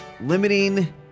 limiting